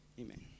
amen